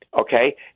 okay